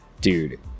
dude